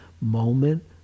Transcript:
moment